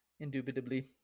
Indubitably